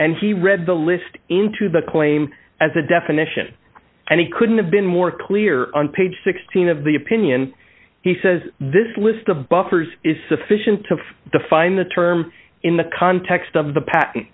and he read the list into the claim as a definition and he couldn't have been more clear on page sixteen of the opinion he says this list of buffers is sufficient to define the term in the context of the pa